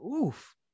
oof